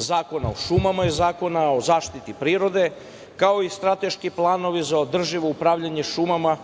Zakona o šumama i Zakona o zaštiti prirode, kao i strateški planovi za održivo upravljanja šumama